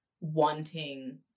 wanting